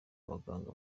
abaganga